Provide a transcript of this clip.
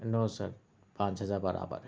نو sir پانچ ہزار برابر